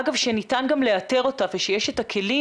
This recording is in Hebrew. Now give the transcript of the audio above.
אגב שניתן גם לאתר אותה ושיש את הכלים